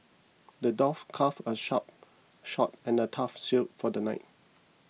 the dwarf crafted a sharp sharp and a tough shield for the knight